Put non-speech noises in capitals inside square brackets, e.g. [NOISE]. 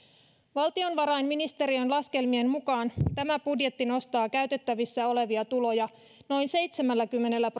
valtiovarainministeriön laskelmien mukaan tämä budjetti nostaa käytettävissä olevia tuloja noin seitsemälläkymmenellä [UNINTELLIGIBLE]